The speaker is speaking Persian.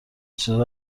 چیزا